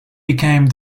became